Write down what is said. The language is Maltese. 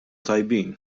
tajbin